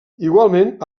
igualment